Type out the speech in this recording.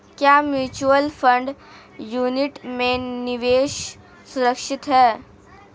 क्या mutual fund unit में निवेश सुरक्षित है?